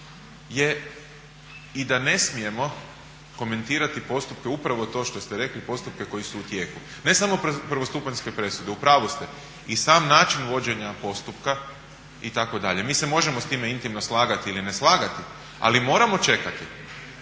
je i da ne smijemo komentirati postupke, upravo to što ste rekli, postupke koji su u tijeku. Ne samo prvostupanjske presude, u pravu ste, i sam način vođenja postupka itd.. Mi se možemo s time intimno slagati ili ne slagati ali moramo čekati